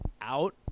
out